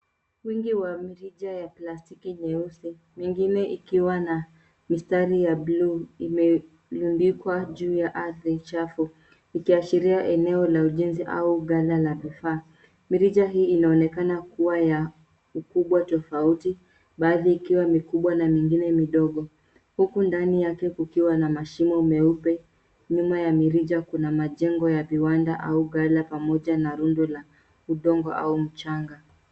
Wengi wa mirija wa plastiki nyeusi mengine ikiwa na mistari ya buluu imerundikuwa juu ya ardhi chafu, ikiashiria eneo la ujenzi au gala la bufaa. Mirija hii inaonekana kuwa ya ukubwa tofauti baadhi ikiwa mikubwa na mingine midogo. Huku ndani yake kukiwa na mashimo meupe, nyuma ya mirija kuna majengo ya viwanda au gala pamoja na rundo la udongo au mchanga.